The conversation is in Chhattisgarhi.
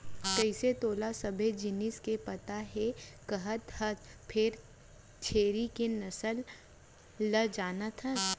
कइसे तोला सबे जिनिस के पता हे कहत हस फेर छेरी के नसल ल जानत हस?